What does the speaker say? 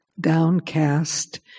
downcast